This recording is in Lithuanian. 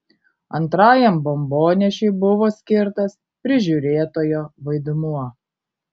antrajam bombonešiui buvo skirtas prižiūrėtojo vaidmuo